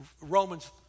Romans